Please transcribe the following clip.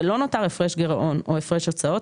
ולא נותר הפרש גירעון או הפרש הוצאות,